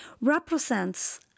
represents